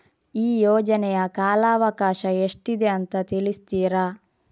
ಈ ಯೋಜನೆಯ ಕಾಲವಕಾಶ ಎಷ್ಟಿದೆ ಅಂತ ತಿಳಿಸ್ತೀರಾ?